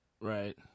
Right